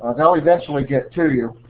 they'll eventually get to you.